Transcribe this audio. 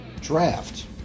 draft